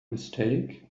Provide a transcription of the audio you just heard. mistake